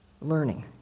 learning